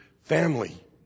family